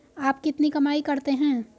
आप कितनी कमाई करते हैं?